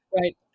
Right